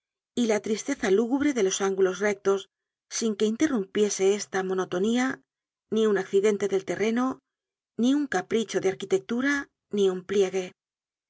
y la tristeza lúgubre de los ángulos rectos sin que interrumpiese esta monotonía ni un accidente del terreno ni un capricho de arquitectura ni un pliegue